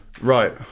Right